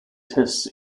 tests